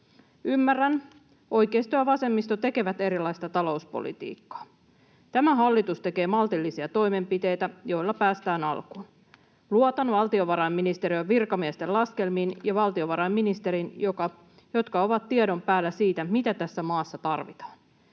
Ymmärrän, että oikeisto ja vasemmisto tekevät erilaista talouspolitiikkaa. Tämä hallitus tekee maltillisia toimenpiteitä, joilla päästään alkuun. Luotan valtiovarainministeriön virkamiesten laskelmiin ja valtiovarainministeriin, jotka ovat tiedon päällä siitä, mitä tässä maassa tarvitaan.